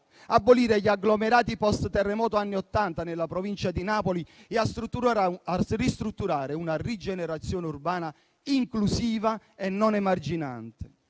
abolire gli agglomerati post-terremoto anni Ottanta nella provincia di Napoli, strutturare una rigenerazione urbana inclusiva e non emarginante,